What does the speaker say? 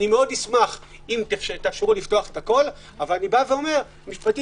אשמח אם תאשרו לפתוח הכול, אבל משפטית,